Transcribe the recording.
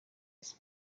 ist